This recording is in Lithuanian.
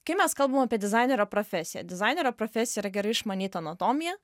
kai mes kalbame apie dizainerio profesiją dizainerio profesija yra gerai išmanyt anatomiją